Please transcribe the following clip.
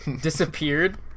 disappeared